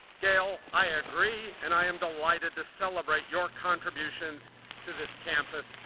gail, i agree and i am delighted to celebrate your contributions to this campus.